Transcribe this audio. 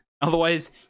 otherwise